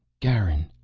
garin!